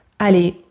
Allez